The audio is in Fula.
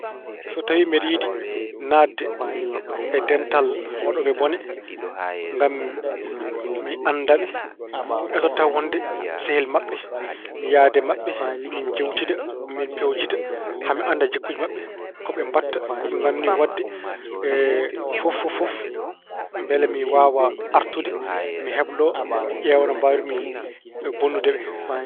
So tawi mbeɗe yiɗi naatde e dental waɗooɓe bone ngam mi annda ɓe. Mi etoto tawa wonnde sehil maɓɓe. Mi yahdee maɓɓe. Min njeewtida. Min peewjida haa mi annda jikkuuji maɓɓe: Ko ɓe mbaɗata, ko ɓe ngannoyi waɗde, fof fof, mbele mi waawa artude. Mi heblo. Mi ƴeewa no mbaawir-mi bonnude ɓe.